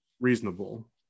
reasonable